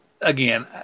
Again